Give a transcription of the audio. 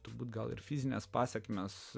turbūt gal ir fizines pasekmes